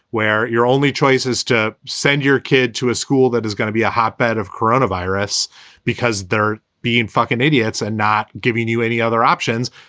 where your only choice is to send your kid to a school that is going to be a hotbed of coronavirus because they're being fucking idiots and not giving you any other options,